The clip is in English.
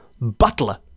butler